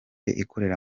ikorera